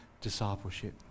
discipleship